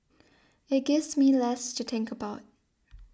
it gives me less to think about